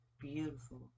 beautiful